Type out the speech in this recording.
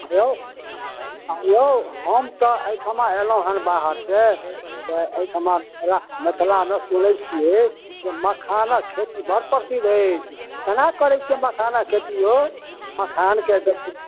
यौ एँ यौ हम तऽ एहिठाम अएलहुँ हँ बाहरसे तऽ एहिठाम एना मिथिलामे सुनै छिए जे मखानक खेती बड़ प्रसिद्ध अछि कोना करै छिए मखानक खेती यौ मखानके देखू